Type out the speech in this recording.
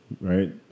right